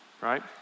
Right